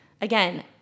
Again